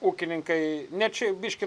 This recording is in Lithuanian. ūkininkai ne čia biškį